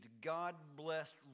God-blessed